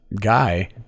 guy